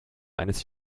eines